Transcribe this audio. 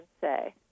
say